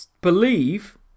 believe